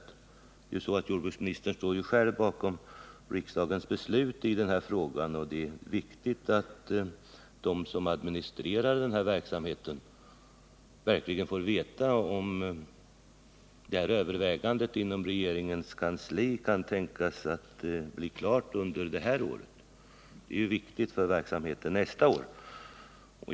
Det är ju så att jordbruksministern själv står bakom riksdagens beslut i denna fråga, och det är viktigt att de som administrerar den här verksamheten verkligen får veta om övervägandena inom regeringens kansli kan tänkas bli klara under detta år — det är ju viktigt för verksamheten nästa år.